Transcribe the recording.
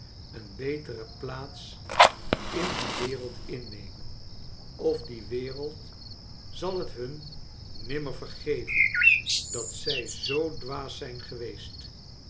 een betere plaats in die wereld innemen of die wereld zal het hun nimmer vergeven dat zij zoo dwaas zijn geweest